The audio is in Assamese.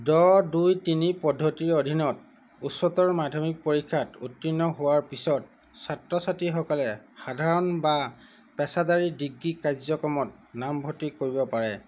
দহ দুই তিনি পদ্ধতিৰ অধীনত উচ্চতৰ মাধ্যমিক পৰীক্ষাত উত্তীৰ্ণ হোৱাৰ পিছত ছাত্ৰ ছাত্ৰীসকলে সাধাৰণ বা পেছাদাৰী ডিগ্ৰী কাৰ্যক্ৰমত নামভৰ্তি কৰিব পাৰে